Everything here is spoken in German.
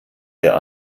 der